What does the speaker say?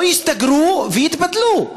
או שיסתגרו ויתבדלו?